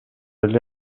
эле